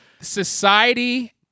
society